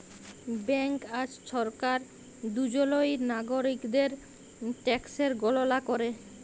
bank আর সরকার দুজলই লাগরিকদের ট্যাকসের গললা ক্যরে